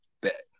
Bet